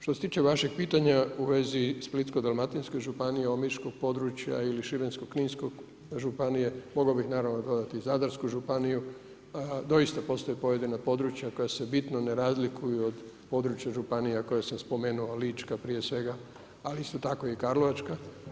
Što se tiče vašeg pitanja u vezi Splitsko-dalmatinske županije, omiškog područja ili Šibensko-kninske županije, mogao bi naravno dodati Zadarsku županiju, doista postoji pojedina područja koja se bitno ne razlikuju od područja županija koja sam spomenuo lička prije svega, ali isto tako i karlovačka.